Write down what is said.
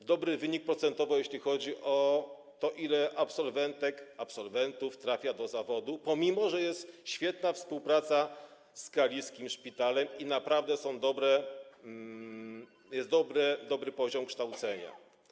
dobry wynik procentowy, jeśli chodzi o to, ile absolwentek, absolwentów trafia do zawodu, pomimo że jest świetna współpraca z kaliskim szpitalem i naprawdę jest dobry poziom kształcenia.